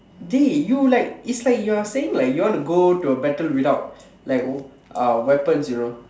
dey you like it's like you're saying like you want go to a battle without like uh weapons you know